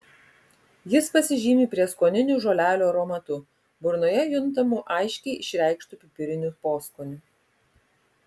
jis pasižymi prieskoninių žolelių aromatu burnoje juntamu aiškiai išreikštu pipiriniu poskoniu